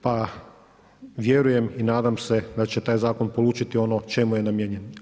Pa vjerujem i nadam se da će taj zakon polučiti ono čemu je namijenjen.